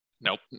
Nope